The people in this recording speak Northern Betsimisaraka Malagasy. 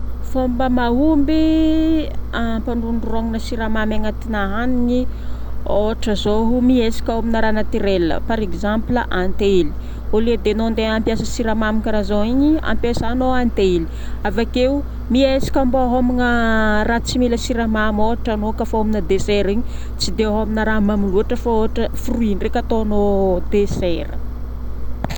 Fomba mahomby amparondrognina siramamy agnatina hanigny, ohatra zao miezaka homagna raha naturel. Par exemple, antely. Au lieu de enao andeha hampiasa siramamy karaha zao igny ampiasanao antely. Avakeo mbô homagna raha tsy mila siramamy ohatra anao kafa homagna déssert igny tsy dia homagna raha mamy loatra fô ohatra fruit ndraika ataonao déssert.